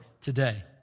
Today